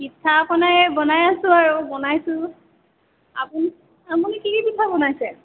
পিঠা পনা এই বনাই আছোঁ আৰু বনাইছোঁ আপুনি আপুনি কি কি পিঠা বনাইছে